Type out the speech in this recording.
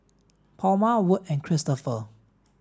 Palma Wirt and Christoper